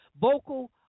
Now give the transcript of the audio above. vocal